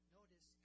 Notice